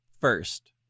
first